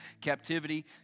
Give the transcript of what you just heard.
captivity